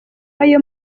ayo